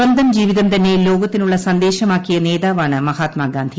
സ്വന്തം ജീവിതം തന്നെ ലോകത്തിനുള്ള സന്ദേശമാക്കിയ നേതാവാണ് മഹാത്മാ ഗാന്ധി